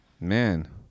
man